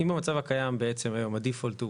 אם במצב הקיים בעצם היום ה-default הוא